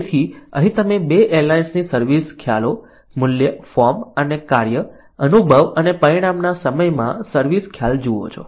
તેથી અહીં તમે 2 એરલાઇન્સની સર્વિસ ખ્યાલો મૂલ્ય ફોર્મ અને કાર્ય અનુભવ અને પરિણામના સમયમાં સર્વિસ ખ્યાલ જુઓ છો